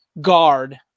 guard